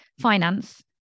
finance